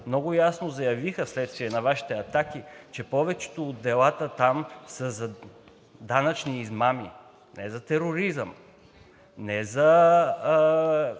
много ясно заявиха, вследствие на Вашите атаки, че повечето от делата там са за данъчни измами. Не за тероризъм. Не за